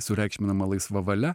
sureikšminama laisva valia